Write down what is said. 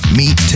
meet